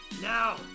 now